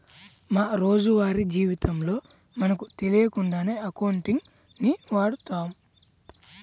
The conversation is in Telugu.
మా రోజువారీ జీవితంలో మనకు తెలియకుండానే అకౌంటింగ్ ని వాడతాం